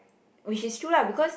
which is true lah because